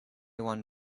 one